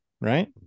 right